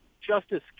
Justice